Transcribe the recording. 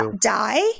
die